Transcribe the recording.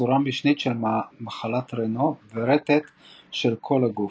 צורה משנית של מחלת רנו ורטט של כל הגוף.